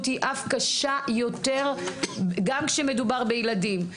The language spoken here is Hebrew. היא אף קשה יותר גם כשמדובר בילדים.